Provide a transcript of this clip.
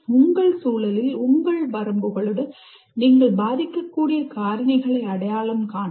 உங்கள் சூழலில் உங்கள் வரம்புகளுடன் நீங்கள் செல்வாக்கு செலுத்தக்கூடிய காரணிகளை அடையாளம் காணவும்